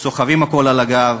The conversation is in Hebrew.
סוחבים הכול על הגב,